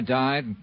died